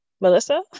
melissa